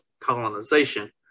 colonization